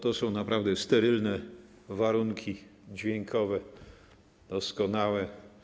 To są naprawdę sterylne warunki dźwiękowe, doskonałe.